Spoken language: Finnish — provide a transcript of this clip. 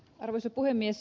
arvoisa puhemies